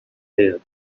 here